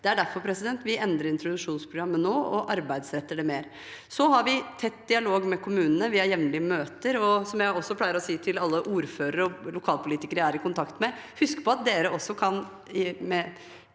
Det er derfor vi nå endrer introduksjonsprogrammet og arbeidsretter det mer. Vi har tett dialog med kommunene – vi har jevnlige møter – og som jeg også pleier å si til alle ordførere og lokalpolitikere jeg er i kontakt med: Husk på at dere, med